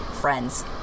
friends